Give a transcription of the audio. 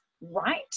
right